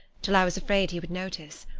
till i was afraid he would notice.